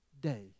day